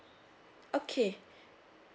okay